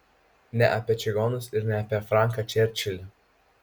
ne apie čigonus ir ne apie franką čerčilį